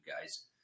guys